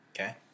Okay